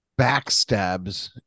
backstabs